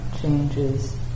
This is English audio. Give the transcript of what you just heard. changes